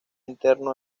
interno